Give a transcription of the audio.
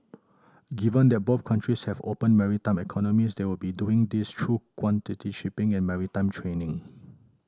given that both countries have open maritime economies they will be doing this through quality shipping and maritime training